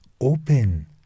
open